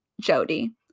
Jody